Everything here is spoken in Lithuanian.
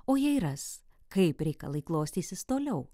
o jei ras kaip reikalai klostysis toliau